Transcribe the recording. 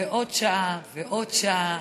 ועוד שעה ועוד שעה,